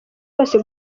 bose